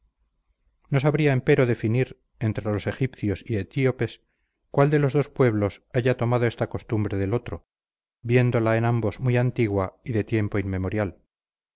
no sabría empero definir entre los egipcios y etíopes cuál de los dos pueblos haya tomado esta costumbre del otro viéndola en ambos muy antigua y de tiempo inmemorial